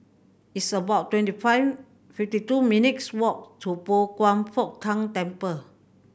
it's about twenty five fifty two minutes' walk to Pao Kwan Foh Tang Temple